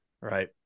right